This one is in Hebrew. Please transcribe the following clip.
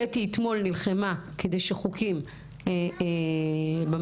קטי אתמול נלחמה שחוקים במאבק